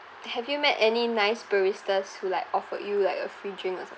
have you met any nice barristers who like offered you like a free drink or something